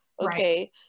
okay